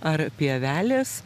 ar pievelės